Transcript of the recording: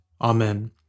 Amen